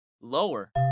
Lower